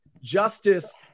Justice